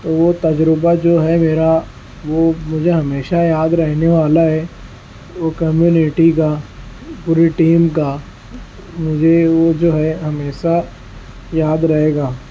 تو وہ تجربہ جو ہے میرا وہ مجھے ہمیشہ یاد رہنے والا ہے وہ کمیونٹی کا پوری ٹیم کا مجھے وہ جو ہے ہمیشہ یاد رہے گا